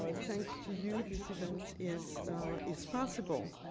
ah thanks to you, this event is is possible.